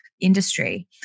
industry